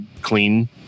clean